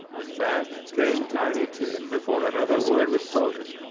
and back came tiny tim before another word was spoken,